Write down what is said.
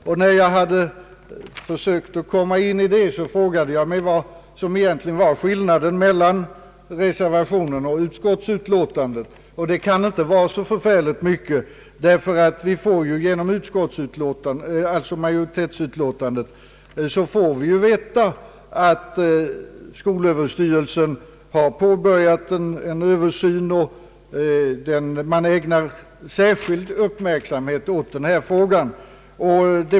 Sedan jag försökt sätta mig in i det undrar jag vad som är skillnaden mellan reservationen och utlåtandet. Det kan inte vara så förfärligt mycket. Genom majoritetsutlåtandet får vi ju veta att skolöverstyrelsen har påbörjat en översyn och att man ägnar särskild uppmärksamhet åt denna fråga.